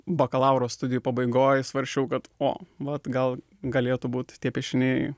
bakalauro studijų pabaigoj svarsčiau kad o vat gal galėtų būt tie piešiniai